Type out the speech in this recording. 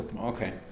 Okay